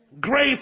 Grace